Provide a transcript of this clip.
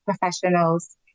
professionals